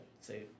say